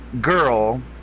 girl